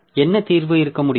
என்ன தீர்வு இருக்க முடியும்